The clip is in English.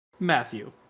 matthew